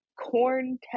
corn